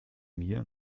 mir